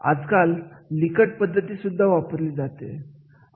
आज काल लिकर्ट पद्धतीसुद्धा वापरली जाते